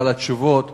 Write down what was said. על התשובות.